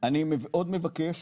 אני מאוד מבקש